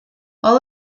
all